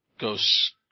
goes